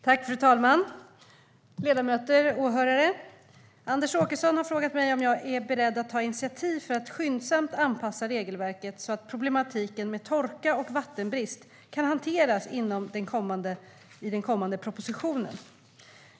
Svar på interpellationerFru talman! Ledamöter och åhörare! Anders Åkesson har frågat mig om jag är beredd att ta initiativ för att skyndsamt anpassa regelverket så att problematiken med torka och vattenbrist kan hanteras inom den kommande propositionen.